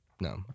no